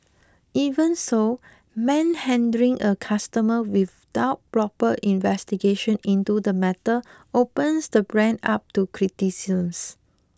even so manhandling a customer without proper investigation into the matter opens the brand up to criticisms